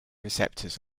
receptors